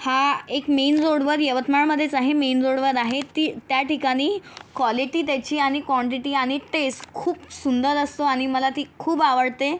हा एक मेन रोडवर यवतमाळमध्येच आहे मेन रोडवर आहे ती त्या ठिकाणी क्वालिटी त्याची आणि क्वांटीटी आणि टेस्ट खूप सुंदर असतो आणि मला ती खूप आवडते